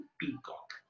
peacock